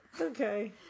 Okay